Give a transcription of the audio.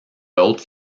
hautes